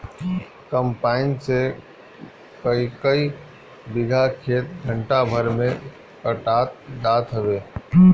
combine से कईकई बीघा खेत घंटा भर में कटात जात हवे